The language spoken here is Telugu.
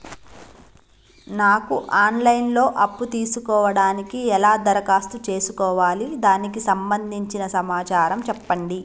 నాకు ఆన్ లైన్ లో అప్పు తీసుకోవడానికి ఎలా దరఖాస్తు చేసుకోవాలి దానికి సంబంధించిన సమాచారం చెప్పండి?